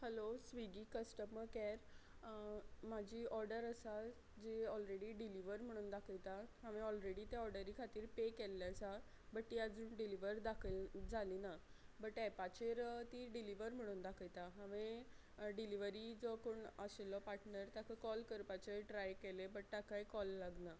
hello Swiggy customer care म्हाजी order आसा जी ऑलरेडी डिलिव्हर म्हणून दाखयता हांवें ऑलरेडी त्या ऑर्डरी खातीर पे केल्ले आसा बट ती आजून डिलिव्हर दाखयल जाली ना बट एपाचेर ती डिलिव्हर म्हणून दाखयता हांवें डिलिव्हरी जो कोण आशिल्लो पार्टनर ताका कॉल करपाचें ट्राय केलें बट ताकाय कॉल लागना